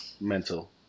mental